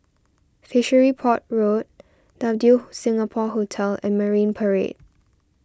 Fishery Port Road W Singapore Hotel and Marine Parade